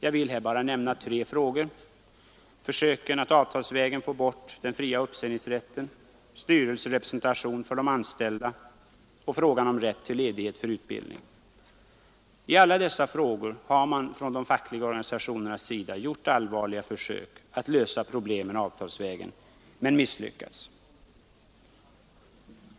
Jag vill bara nämna tre frågor: försöket att avtalsvägen få bort den fria uppsägningsrätten, förslaget om styrelserepresentation för anställda och frågan om rätt till ledighet för utbildning. I alla dessa frågor har man från de fackliga organisationernas sida gjort allvarliga försök att lösa problemet avtalsvägen, men misslyckats.